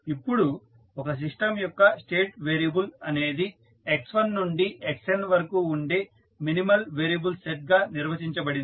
ఇప్పుడు ఒక సిస్టమ్ యొక్క స్టేట్ వేరియబుల్ అనేది x1 నుండి xn వరకు ఉండే మినిమల్ వేరియబుల్ సెట్గా నిర్వచించబడింది